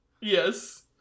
Yes